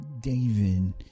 David